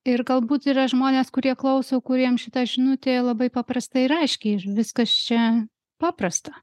ir galbūt yra žmonės kurie klauso kuriem šita žinutė labai paprasta ir aiški ir viskas čia paprasta